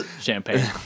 champagne